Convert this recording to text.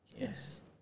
Yes